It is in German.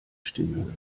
stimme